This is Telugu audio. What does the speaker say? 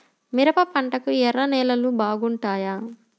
మిరప పంటకు ఎర్ర నేలలు బాగుంటాయా?